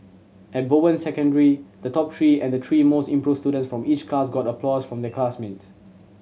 at Bowen Secondary the top three and the three most improved students from each class got applause from their classmates